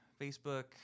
Facebook